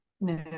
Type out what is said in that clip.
no